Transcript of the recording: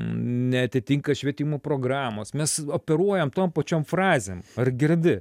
neatitinka švietimo programos mes operuojam tom pačiom frazėm ar girdi